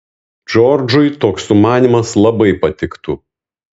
džordžui toks sumanymas labai patiktų